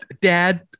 dad